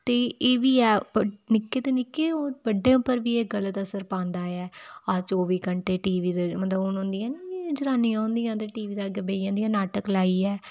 ते एह्बी ऐ निक्के ते निक्के बड्डें पर बी एह् गलत असर पांदा ऐ अस चौबी घैंटे टीवी मतलब ओह् होंदी ऐ नी के जनानियां होंदियां टीवी दे अग्गें बेही जंदियां नाटक लाइयै